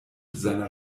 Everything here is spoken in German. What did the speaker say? seiner